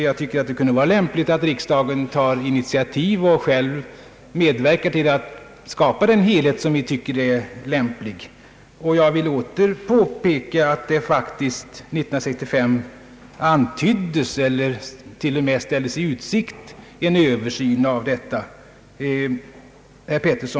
Jag anser att det vore lämpligt att riksdagen tar initiativ och själv medverkar till att skapa den helhet som vi tycker är lämplig. Jag vill återigen påpeka att det 1965 faktiskt antyddes eller till och med ställdes i utsikt att en översyn av reglerna skulle företas.